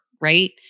right